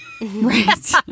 right